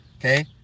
Okay